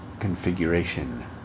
Configuration